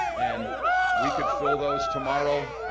and we could fill those tomorrow,